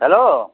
hello